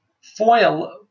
Foil